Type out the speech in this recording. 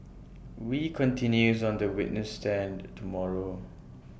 wee continues on the witness stand tomorrow